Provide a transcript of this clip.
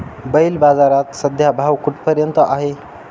बैल बाजारात सध्या भाव कुठपर्यंत आहे?